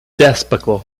despicable